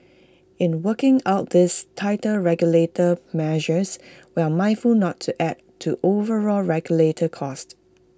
in working out these tighter regulator measures we're mindful not to add to overall regulator costs